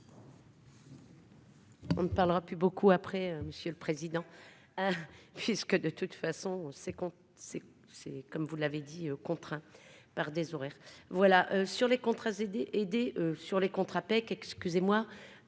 On ne parlera plus beaucoup après monsieur le président, puisque de toute façon c'est con, c'est c'est comme vous l'avez dit, contraint par des horaires voilà sur les contrats aidés sur les contrats, excusez-moi,